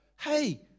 hey